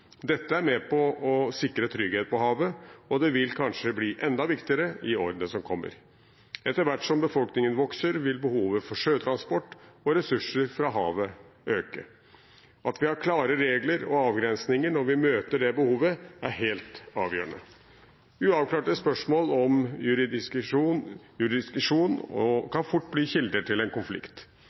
Dette er med på å sikre trygghet på havet, og det vil kanskje bli enda viktigere i årene som kommer. Etter hvert som befolkningen vokser, vil behovet for sjøtransport og ressurser fra havet øke. At vi har klare regler og avgrensninger når vi møter det behovet, er helt avgjørende. Uavklarte spørsmål om jurisdiksjon kan fort bli kilder til en konflikt.